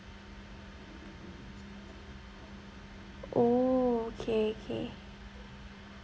oh okay okay